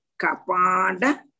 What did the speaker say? kapada